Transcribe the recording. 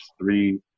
three